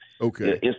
Okay